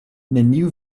neniu